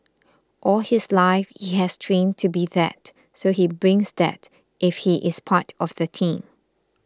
all his life he has trained to be that so he brings that if he is part of the team